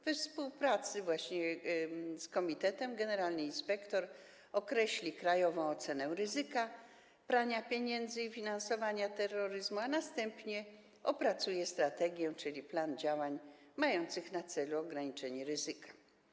We współpracy z komitetem generalny inspektor dokona krajowej oceny ryzyka prania pieniędzy i finansowania terroryzmu, a następnie opracuje strategię, czyli plan działań mających na celu ograniczenie ryzyka.